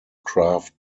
craft